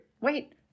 Wait